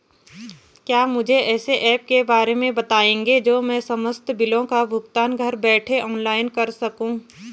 क्या मुझे ऐसे ऐप के बारे में बताएँगे जो मैं समस्त बिलों का भुगतान घर बैठे ऑनलाइन कर सकूँ?